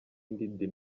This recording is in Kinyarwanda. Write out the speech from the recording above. indi